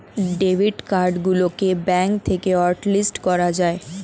debit card গুলোকে bank থেকে hotlist করা যায়